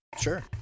Sure